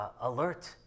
alert